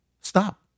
Stop